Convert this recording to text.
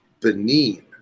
Benin